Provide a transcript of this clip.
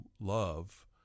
love